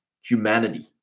humanity